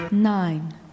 Nine